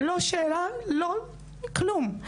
לא שאלה, לא כלום.